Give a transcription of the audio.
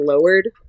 lowered